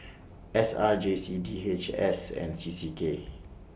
S R J C D H S and C C K